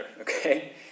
okay